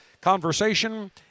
conversation